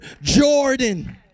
Jordan